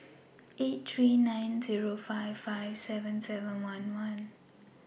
eight three nine Zero five five seven seven one one